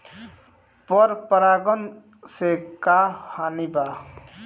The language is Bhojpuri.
पर परागण से का हानि बा?